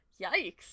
Yikes